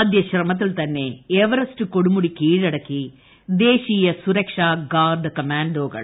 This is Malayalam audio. ആദ്യശ്രമത്തിൽ തന്നെ എവറസ്റ്റ് കൊടുമുടി കീഴടക്കി ദേശീയ സുരക്ഷാ ഗാർഡ് കമാൻഡോകൾ